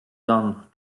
done